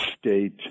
state